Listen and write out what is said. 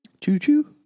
Choo-choo